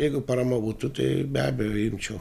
jeigu parama būtų tai be abejo imčiau